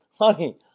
Honey